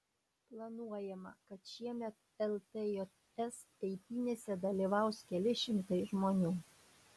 planuojama kad šiemet ltjs eitynėse dalyvaus keli šimtai žmonių